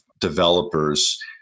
developers